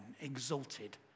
exalted